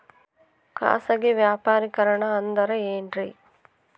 ಖಾಸಗಿ ವ್ಯಾಪಾರಿಕರಣ ಅಂದರೆ ಏನ್ರಿ?